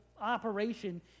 operation